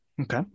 Okay